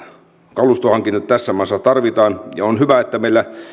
kalustohankinnat tässä maassa tarvitaan ja on hyvä että meillä